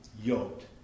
yoked